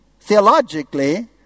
theologically